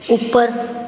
ਉੱਪਰ